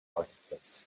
marketplace